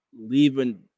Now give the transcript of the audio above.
leaving